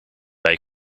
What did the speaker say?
bij